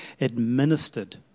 administered